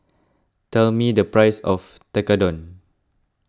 tell me the price of Tekkadon